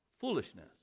foolishness